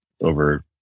over